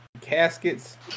Caskets